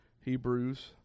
hebrews